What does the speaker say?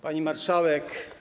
Pani Marszałek!